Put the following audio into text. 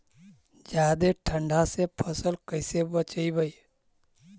जादे ठंडा से फसल कैसे बचइबै?